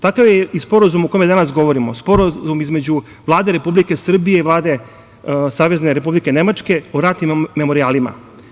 Takav je i sporazum o kome danas govorimo, sporazum između Vlade Republike Srbije i Vlade Savezne Republike Nemačke o ratnim memorijalima.